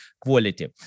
quality